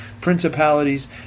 principalities